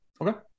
Okay